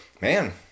man